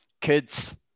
Kids